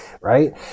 right